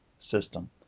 system